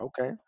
okay